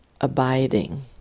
abiding